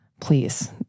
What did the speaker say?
please